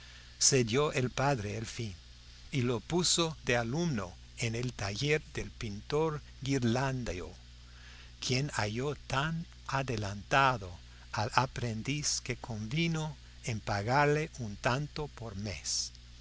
más cedió el padre al fin y lo puso de alumno en el taller del pintor ghirlandaio quien halló tan adelantado al aprendiz que convino en pagarle un tanto por mes